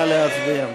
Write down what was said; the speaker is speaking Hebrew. נא להצביע.